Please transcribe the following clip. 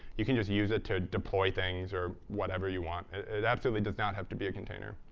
you can just use it to deploy things or whatever you want. it absolutely does not have to be a container.